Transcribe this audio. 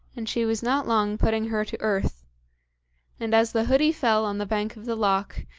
and she was not long putting her to earth and as the hoodie fell on the bank of the loch,